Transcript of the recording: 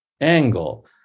angle